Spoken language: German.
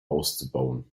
auszubauen